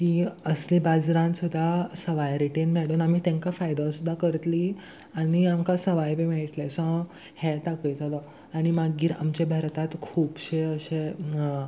की असले बाजारान सुद्दां सवाय रिटेन मेळून आमी तेंकां फायदो सुद्दां करतली आनी आमकां सवाय बी मेळटले सो हांव हें दाखयतलो आनी मागीर आमचे भारतांत खुबशे अशें